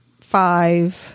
five